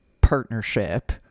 partnership